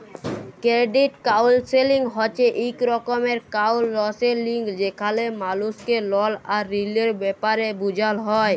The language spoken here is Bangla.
কেরডিট কাউলসেলিং হছে ইক রকমের কাউলসেলিংযেখালে মালুসকে লল আর ঋলের ব্যাপারে বুঝাল হ্যয়